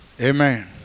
Amen